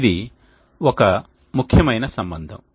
ఇది ఒక ముఖ్యమైన సంబంధం